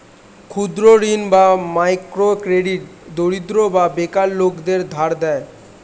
ক্ষুদ্র ঋণ বা মাইক্রো ক্রেডিট দরিদ্র বা বেকার লোকদের ধার দেয়